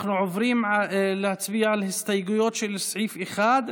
אנחנו עוברים להצביע על הסתייגויות לסעיף 1,